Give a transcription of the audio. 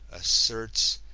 asserts,